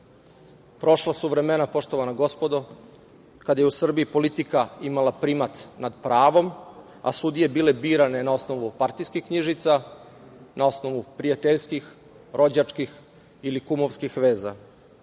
su vremena, poštovana gospodo, kada je u Srbiji politika imala primat nad pravom, a sudije bile birane na osnovu partijskih knjižica, na osnovu prijateljskih, rođačkih ili kumovskih veza.